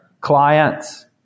clients